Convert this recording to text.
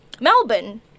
Melbourne